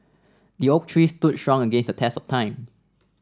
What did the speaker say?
the oak tree stood strong against the test of time